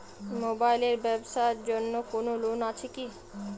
Mobile এর ব্যাবসার জন্য কোন লোন আছে কি?